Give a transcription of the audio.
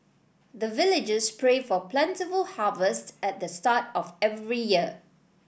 the villagers pray for plentiful harvest at the start of every year